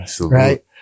right